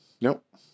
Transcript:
Nope